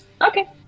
Okay